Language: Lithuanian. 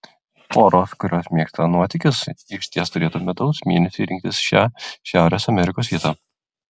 poros kurios mėgsta nuotykius išties turėtų medaus mėnesiui rinktis šią šiaurės amerikos vietą